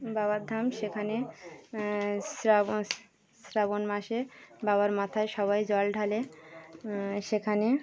বাবার ধাম সেখানে শ্রাবণ শ্রাবণ মাসে বাবার মাথায় সবাই জল ঢালে সেখানে